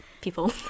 people